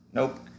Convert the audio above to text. Nope